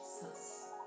Jesus